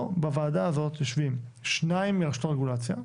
פה בוועדה הזאת יושבים שניים מרשות הרגולציה,